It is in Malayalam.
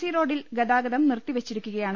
സി റോഡിൽ ഗതാഗതം നിർത്തി വെച്ചിരിക്കുകയാണ്